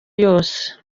yose